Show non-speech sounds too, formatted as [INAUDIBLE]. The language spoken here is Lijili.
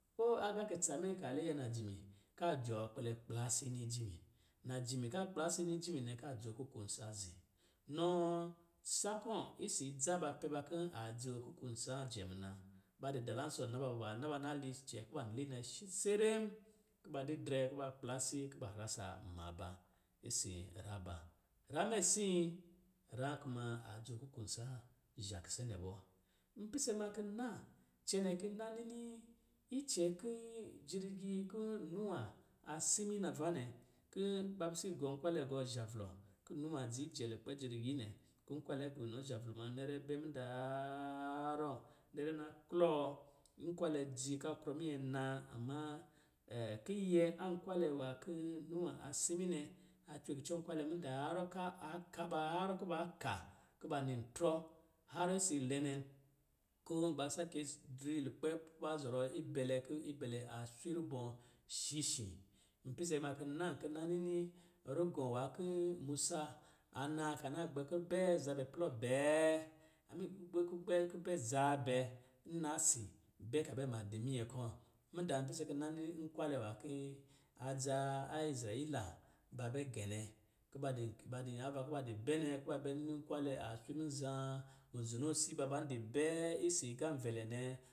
O! Agâ kutsa mɛ, nka lɛyɛ najimi, ka jɔɔ kpɛlɛ kplasi nii jimi. Najimi ka kplasi nii ajimi nɛ, ka dzoo kukun nsǎ zi. Nɔ sha kɔ̌ isi dzaa ba pɛ ba kɔ̌ a dzoo kukun nsǎ jɛ muna. Ba dɔ dalansɔ̌ na ba bɔ, ba na ba na lii icɛ kɔ̌ ba linɛ sɛɛrɛm, kuba didrɛ kuba kplasi kɔ̌ ba rasaa maa ba isi ra ba. Ra mɛ sii, ra kuma a dzoo kukun nsǎ zhǎ kisɛnɛ bɔ. N pise ma kɔ̌ n na cɛnɛ kɔ̌ n na nini icɛ kɔ̌ jivigi kɔ̌ nuwa a simi nava nɛ kɔ̌ ba kisi gɔ nkwa lɛ gɔ zharlɔ kɔ̌ nuwa dzi jɛ lukpɛ jirigi nɛ kɔ̌ nkwalɛ gɔ inɔ zhavlɔ na. Nɛrɛ bɛ mudaa harrɔɔ, nɛrɛ na klɔɔ, nkwalɛ dzi ka krɔ minyɛ naa, amma, [HESITATION] kiyɛ an nkwalɛ nwā kɔ̄ nuwa a simi nɛ, a cwe kucɔ nkwalɛ mudaa harrɔɔ kɔ̄ a ka ba harrɔ kuba ka, kuba nitrɔ harrɔ isi lɛ nɛ, kɔ̄ ba sakɛ dzi lukpɛ kuba zɔrɔ ibɛlɛ kɔ̄ ibɛlɛ a swi rubɔ shii shī n pise ma kɔ̄ n na kɔ̄ n na nini rugɔ̄ nwā kɔ̄ musa a na ka na gbɛ kubɛ zabɛ plɔ bɛɛ [UNINTELLIGIBLE] kugbo kugbɛ kubɛ zaabɛ nna si bɛ ka bɛ ma di minyɛ kɔ̄. Mudaa n pise kɔ̄ n na nini nkwalɛ nwā kii adza a izrɛyila ba bɛ gɛnɛ kuba di ba di, ava kuba di bɛ nɛ kuba bɛ nii nkwalɛ a swi muzhā, muzonoosi ba, ba di bɛɛ isi agā nvɛlɛ nɛ